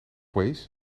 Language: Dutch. waze